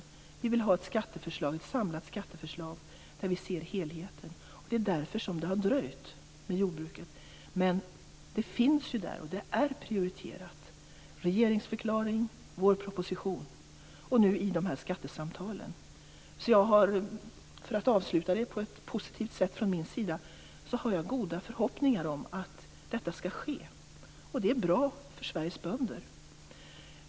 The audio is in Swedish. Vi vill ha ett samlat skatteförslag där vi ser helheten, och det är därför som det har dröjt med jordbruket. Men det är prioriterat i regeringsförklaring, vårproposition och nu i skattesamtalen. För att avsluta på ett positivt sätt från min sida har jag goda förhoppningar om att detta skall ske, och det är bra för Sveriges bönder.